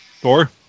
Thor